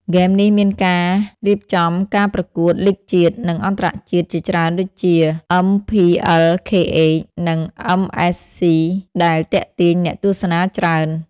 ហ្គេមនេះមានការរៀបចំការប្រកួតលីគជាតិ និងអន្តរជាតិជាច្រើនដូចជា អឹមភីអិលខេអេច និងអឹមអេសសុីដែលទាក់ទាញអ្នកទស្សនាច្រើន។